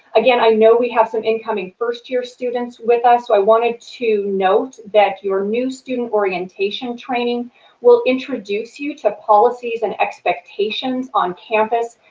again, i know we have some incoming first-year students with us, so i wanted to note that your new student orientation training will introduce you to policies and expectations on campus.